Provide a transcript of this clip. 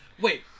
wait